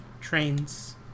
Trains